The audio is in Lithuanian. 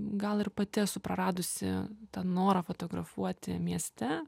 gal ir pati esu praradusi tą norą fotografuoti mieste